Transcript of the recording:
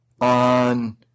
on